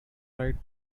freight